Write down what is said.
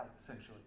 essentially